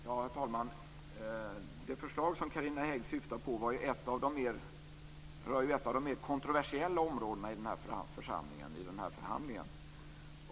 Herr talman! Det förslag som Carina Hägg syftar på var ett av de mer kontroversiella områdena i förhandlingarna i den här församlingen.